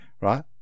right